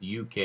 UK